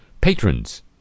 patrons